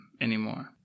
anymore